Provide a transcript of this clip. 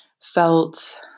felt